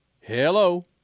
Hello